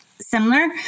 similar